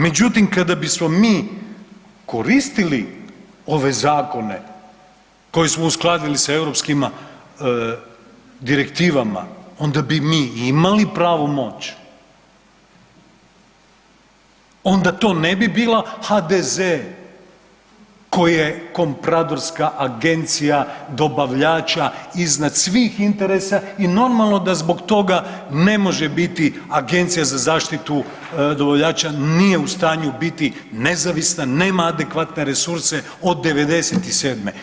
Međutim, kada bismo mi koristili ove zakone koje smo uskladili sa europskim direktivama, onda bi mi imali pravu moć, onda to ne bi bila HDZ koja je kompradorska agencija dobavljača iznad svih interesa i normalno da zbog toga ne može biti Agencija za zaštitu dobavljača nije u stanju biti nezavisna, nema adekvatne resurse od 1997.